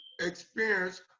experience